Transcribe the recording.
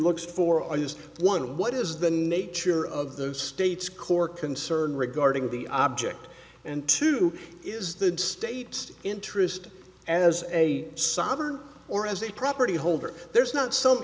looks for on this one what is the nature of those states core concern regarding the object and two is the state's interest as a sovereign or as a property holder there's not some